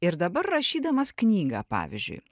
ir dabar rašydamas knygą pavyzdžiui